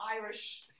Irish